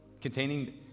containing